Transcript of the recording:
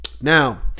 Now